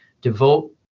devote